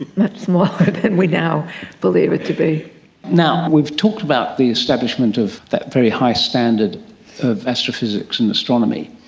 much smaller than we now believe it to be. and now, we've talked about the establishment of that very high standard of astrophysics and astronomy,